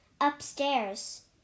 Upstairs